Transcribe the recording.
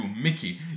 Mickey